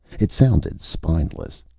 it sounded spineless.